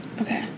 Okay